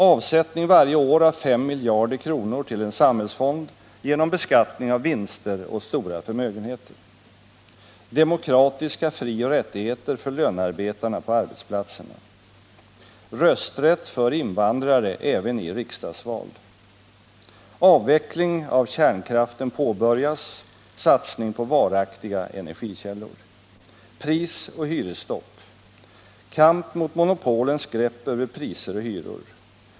Avsättning varje år av 5 miljarder kronor till en samhällsfond genom beskattning av vinster och stora förmögenheter. Demokratiska frioch rättigheter för lönarbetarna på arbetsplatserna. Rösträtt för invandrare även i riksdagsval. Avveckling av kärnkraften påbörjas, satsning på varaktiga energikällor. Prisoch hyresstopp. Kamp mot monopolens grepp över priser och hyror.